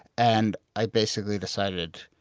and i basically decided,